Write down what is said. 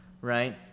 right